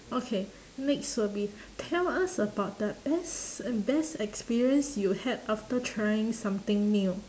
okay next will be tell us about the best um best experience you had after trying something new